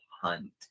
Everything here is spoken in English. hunt